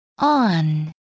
On